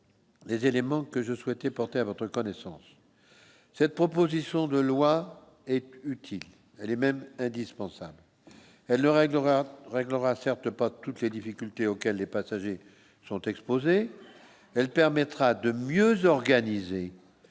Des éléments que je souhaitais porter à votre connaissance, cette proposition de loi est utile, elle est même indispensable qu'elle le réglera réglera certes pas toutes les difficultés auxquelles les passagers sont exposés, elle permettra de mieux organiser